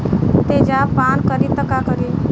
तेजाब पान करी त का करी?